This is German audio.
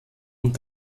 und